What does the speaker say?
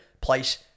place